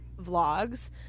vlogs